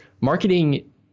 marketing